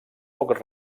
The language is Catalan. poc